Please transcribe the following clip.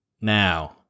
now